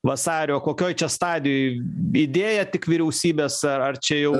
vasario kokioj čia stadijoj idėja tik vyriausybės ar ar čia jau